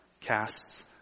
casts